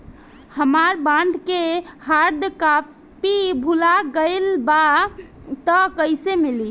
हमार बॉन्ड के hard copy भुला गएलबा त कैसे मिली?